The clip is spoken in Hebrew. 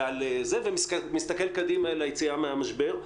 ולהסתכל קדימה ליציאה מהמשבר.